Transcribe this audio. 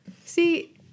See